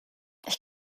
ich